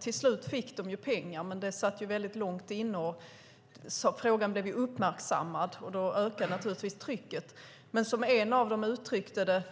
Till slut fick de pengar, men det satt långt inne. Frågan blev uppmärksammad, och då ökade naturligtvis trycket. Men som en av dem uttryckte det: